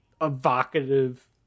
evocative